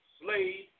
slave